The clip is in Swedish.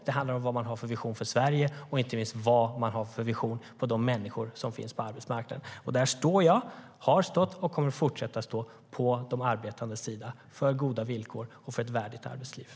Det handlar om vad man har för vision för Sverige och inte minst vad man har för vision för de människor som finns på arbetsmarknaden. Där står jag, har stått och kommer att fortsätta stå på de arbetandes sida för goda villkor och för ett värdigt arbetsliv.